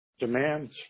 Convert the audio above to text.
demands